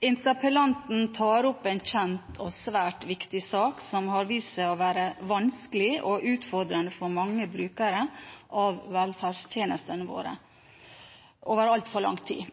Interpellanten tar opp en kjent og svært viktig sak som har vist seg å være vanskelig og utfordrende for mange brukere av velferdstjenestene våre over altfor lang tid.